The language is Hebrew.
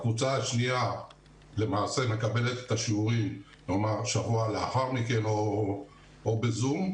הקבוצה השנייה למעשה מקבלת את השיעורים שבוע לאחר מכן או ב-זום,